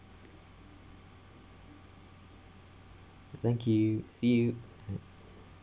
thank you see you